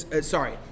sorry